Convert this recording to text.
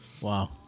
Wow